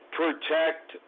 protect